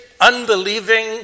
unbelieving